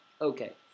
Okay